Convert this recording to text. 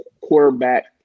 quarterback